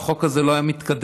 החוק הזה לא היה מתקדם.